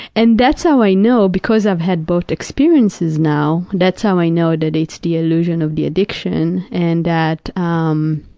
and that's how i know, because i've had both experiences now, that's how i know that it's the illusion of the addiction and that um